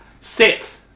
Sit